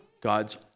God's